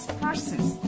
persons